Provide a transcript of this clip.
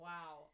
Wow